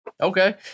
okay